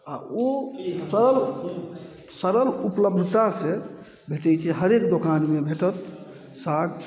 आ ओ सरल सरल उपलब्धता से भेटै छै हरेक दोकानमे भेटत साग